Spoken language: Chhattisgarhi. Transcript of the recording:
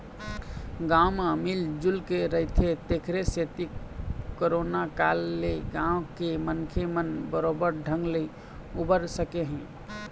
गाँव म मिल जुलके रहिथे तेखरे सेती करोना काल ले गाँव के मनखे मन बरोबर ढंग ले उबर सके हे